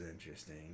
interesting